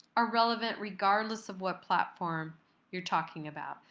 are relevant regardless of what platform you're talking about.